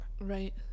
right